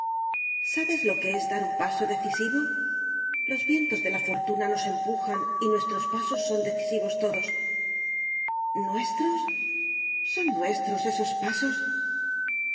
sabes lo que es dar un paso decisivo los vientos de la fortuna nos empujan y nuestros pasos son decisivos todos nuestros son nuestros esos pasos